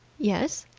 yes.